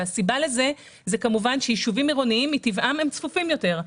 הסיבה לכך היא שישובים עירוניים מטבעם הם צפופים יותר,